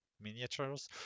miniatures